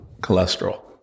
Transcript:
cholesterol